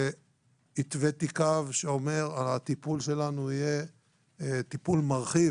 התוויתי קו שאומר שהטיפול שלנו יהיה טיפול מרחיב